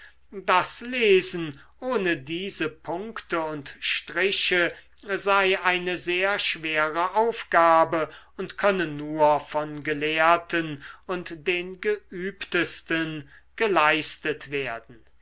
das lesen ohne diese punkte und striche sei eine sehr schwere aufgabe und könne nur von gelehrten und den geübtesten geleistet werden